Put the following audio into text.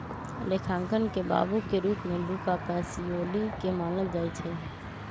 लेखांकन के बाबू के रूप में लुका पैसिओली के मानल जाइ छइ